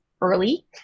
early